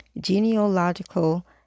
genealogical